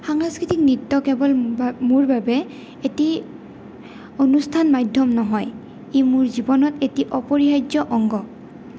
সাংস্কৃতিক নৃত্য কেৱল বাবে মোৰ বাবে এটি অনুষ্ঠান মাধ্যম নহয় ই মোৰ জীৱনত এটি অপৰিহাৰ্য অংগ